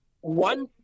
one